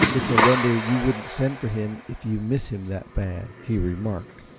it's a wonder you wouldn't send for him if you miss him that bad, he remarked,